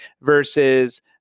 versus